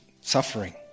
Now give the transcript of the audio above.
suffering